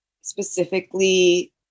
specifically